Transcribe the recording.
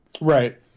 right